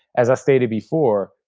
as i stated before,